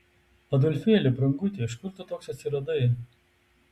adolfėli branguti iš kur tu toks atsiradai